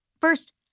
First